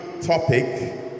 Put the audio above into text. topic